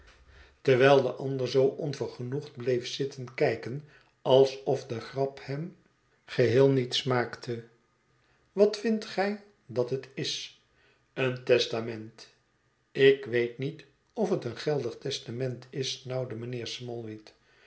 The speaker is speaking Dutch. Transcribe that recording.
terwijl de ander zoo onvergenoegd bleef zitten kijken alsof de grap hem geheel niet smaakte wat vindt gij dat het is een testament ik weet niet of het een geldig testament is snauwde mijnheer